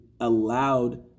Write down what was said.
allowed